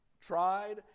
tried